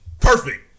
perfect